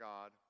God